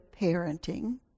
parenting